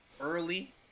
early